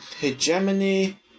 hegemony